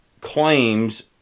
claims